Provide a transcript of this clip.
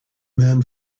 man